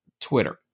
Twitter